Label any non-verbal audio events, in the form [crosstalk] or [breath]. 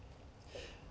[breath]